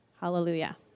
hallelujah